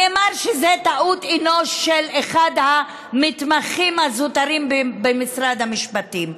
נאמר שזו טעות אנוש של אחד המתמחים הזוטרים במשרד המשפטים.